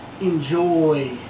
enjoy